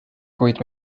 kuid